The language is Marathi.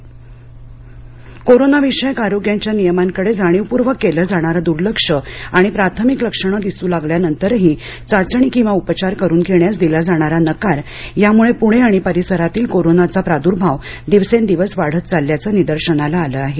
प्णे कोविड कोरोनाविषयक आरोग्याच्या नियमांकडं जाणीवपूर्वक केलं जाणारं दुर्लक्ष आणि प्राथमिक लक्षण दिसू लागल्यानंतरही चाचणी किंवा उपचार करून घेण्यास दिला जाणारा नकार यामुळं पुणे आणि परिसरातील कोरोनाचा प्रादुर्भाव दिवसेंदिवस वाढत चालल्याचं निदर्शनास आलं आहे